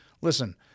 Listen